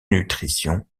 nutrition